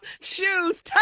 shoes